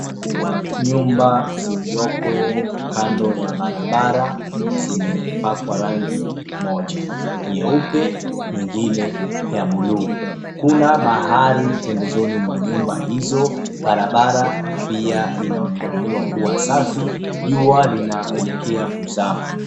Nyumba ziliopo kando ya barabara zimepakwa rangi moja, nyeupe nyingine ya buluu. Kuna bahari pembezoni mwa nyumba hizo, barabara 𝑝𝑖𝑎 𝑖naonekaniwa kuwa safi, jua linaelekea kuzama.